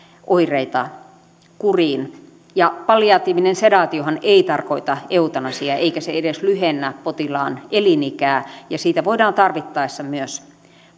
oireita kuriin palliatiivinen sedaatiohan ei tarkoita eutanasiaa eikä se edes lyhennä potilaan elinikää ja siitä voidaan tarvittaessa myös